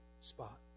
spot